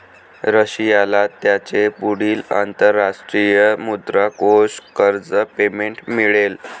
रशियाला त्याचे पुढील अंतरराष्ट्रीय मुद्रा कोष कर्ज पेमेंट मिळेल